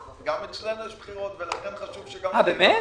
אצלנו יש בחירות ולכן חשוב שגם אני אתייחס.